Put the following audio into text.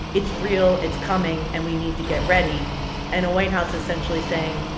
it's real, it's coming and we need to get ready and a white house essentially saying,